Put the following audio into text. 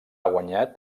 guanyat